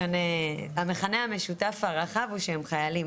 המכנה המשותף הרחב הוא שהם חיילים,